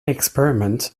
experiment